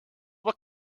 were